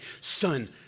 son